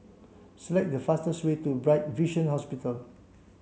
select the fastest way to Bright Vision Hospital